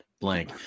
blank